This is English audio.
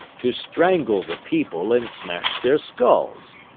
to strangle the people and smash their skulls.